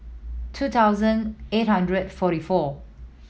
two thousand eight hundred forty four